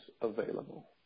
available